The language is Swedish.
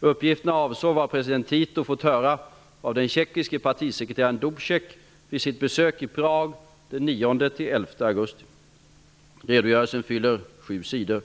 Uppgifterna avsåg vad president Tito fått höra av tjeckiske partisekretareraren Dubcek vid sitt besök i Prag den 9--11 augusti. Redogörelsen fyller sju sidor.